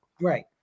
Right